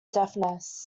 deafness